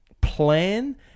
plan